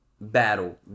battle